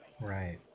Right